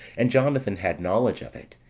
and jonathan had knowledge of it,